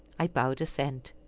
i bowed assent.